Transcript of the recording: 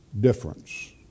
difference